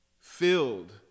filled